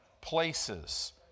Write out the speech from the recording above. places